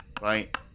right